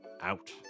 Out